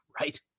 right